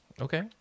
Okay